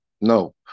no